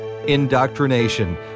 Indoctrination